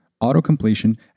auto-completion